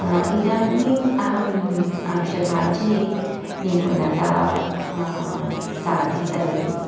इदानीम् अहम् अंशभाजे निपुणता साधितवती